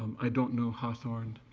um i don't know hawthorne.